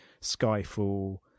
skyfall